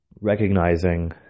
recognizing